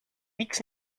nic